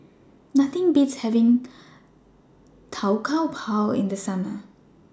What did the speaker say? Nothing Beats having Tau Kwa Pau in The Summer